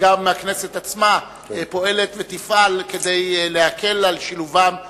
וגם הכנסת עצמה פועלת ותפעל כדי להקל את שילובם בחברה.